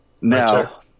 Now